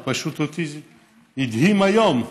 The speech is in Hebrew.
הוא פשוט הדהים אותי היום,